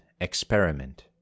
experiment